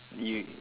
you